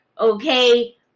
okay